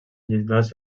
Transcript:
llindars